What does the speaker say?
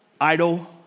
idle